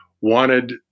wanted